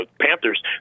Panthers